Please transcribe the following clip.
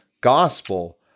gospel